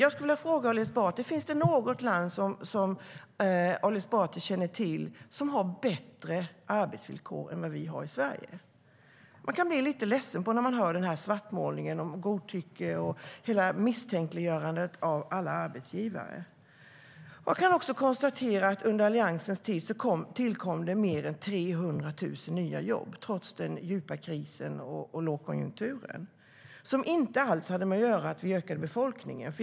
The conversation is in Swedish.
Jag kan konstatera att det under Alliansens tid tillkom mer än 300 000 nya jobb, trots den djupa krisen och lågkonjunkturen, som inte alls hade att göra med att befolkningen ökade.